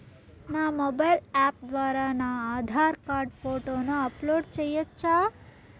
నా mobile app ద్వారా నా ఆధార్ కార్డు ఫోటోను అప్లోడ్ సేయొచ్చా?